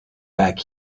back